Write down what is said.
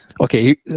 Okay